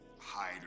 hide